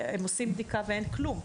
הם עושים בדיקה ואין כלום,